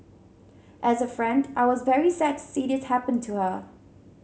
as a friend I was very sad to see this happen to her